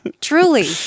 Truly